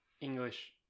English